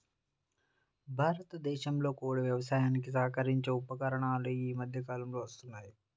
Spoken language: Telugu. భారతదేశంలో కూడా వ్యవసాయానికి సహకరించే ఉపకరణాలు ఈ మధ్య కాలంలో వస్తున్నాయి